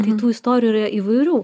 tai tų istorijų yra įvairių